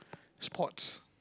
sports